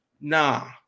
nah